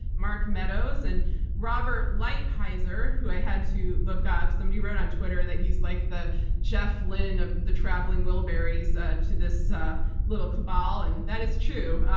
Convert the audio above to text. mark meadows, and robert lighthizer, who i had to look up. somebody wrote on twitter that he's like the jeff lynne of the traveling wilburys ah to this little cabal, and that is true,